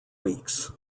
weeks